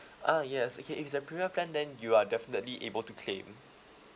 ah yes okay if the premium plan then you are definitely able to claim